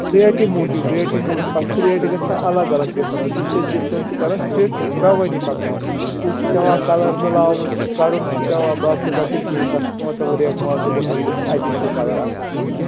ریٹہِ موٗجوٗب ریٹہِ موٗجوٗب اَتھ چھِ ریٹہِ گژھان الگ الگ ڈِفرنٛٹ یُس یہِ جِپسَن چھِ کَران سُہ چھِ أسۍ رَوٲنی پَکناوان ہُتھ چھُ پٮ۪وان کَلَر مِلاوُن کَرُن چھُ پٮ۪وان باقٕے باقٕے چیٖز تَتھ چھِ پٮ۪وان ریگ مال تہِ گۄڈٕ اَصٕل اَتی چھُ کَلَر اَصٕل کھَسان